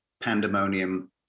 pandemonium